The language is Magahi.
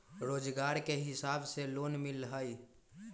रोजगार के हिसाब से लोन मिलहई?